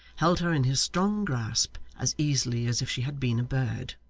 held her in his strong grasp as easily as if she had been a bird.